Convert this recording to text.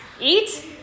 Eat